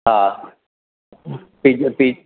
हा पीज़ पीज़